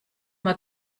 mal